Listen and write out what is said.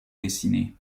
dessiné